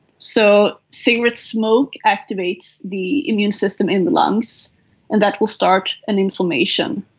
so cigarette smoke activates the immune system in the lungs and that will start an inflammation.